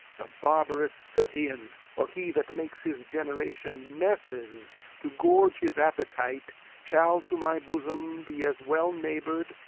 the barbarous scythian, or he that makes his generation messes to gorge his appetite, shall to my bosom be as well neighbour'd,